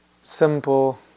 simple